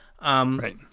Right